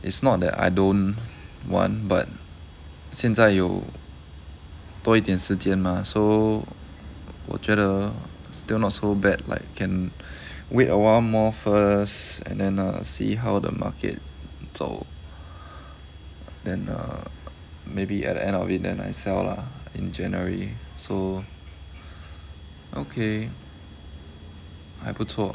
it's not that I don't want but 现在有多一点时间 mah so 我觉得 still not so bad like can wait awhile more first and then err see how the market 走 then err maybe at the end of it and I sell lah in january so okay 还不错